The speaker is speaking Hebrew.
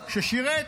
ששירת